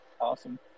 awesome